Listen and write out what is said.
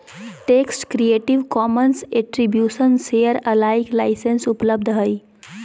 text creative commons attribution share alike license उपलब्ध हइ